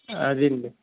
అదండీ